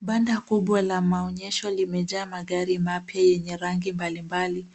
Banda kubwa la maonyesho limejaa magari mapya yenye rangi mbalimbali.